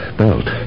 belt